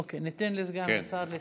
אוקיי, ניתן לסגן השר להתארגן.